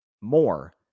more